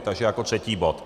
Takže jako třetí bod.